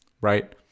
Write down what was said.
right